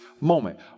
moment